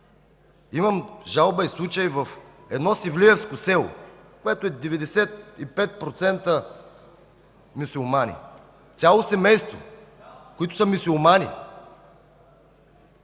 Имам жалба и случаи в едно севлиевско село, което е 95% мюсюлмани. Цяло семейство, които са мюсюлмани,